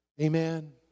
Amen